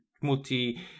multi